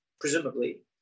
presumably